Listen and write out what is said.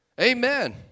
Amen